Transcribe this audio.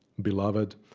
beloved,